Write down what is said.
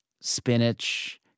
spinach